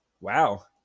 wow